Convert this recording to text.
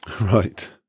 Right